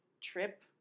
trip